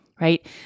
Right